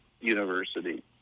university